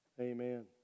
Amen